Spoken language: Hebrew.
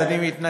אז אני מתנצל.